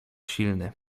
silny